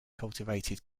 cultivated